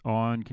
on